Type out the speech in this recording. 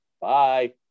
Bye